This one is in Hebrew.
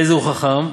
איזהו חכם,